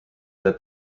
that